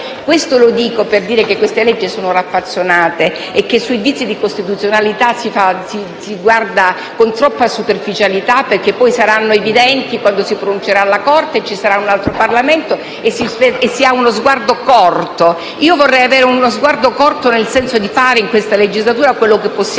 questo, per dire che queste leggi sono raffazzonate e che sui vizi di costituzionalità si guarda con troppa superficialità, perché poi saranno evidenti quando si pronuncerà la Corte e ci sarà un altro Parlamento: si ha uno sguardo corto. Io vorrei avere uno sguardo corto nel senso di fare in questa legislatura quello che possiamo fare